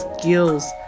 skills